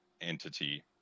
entity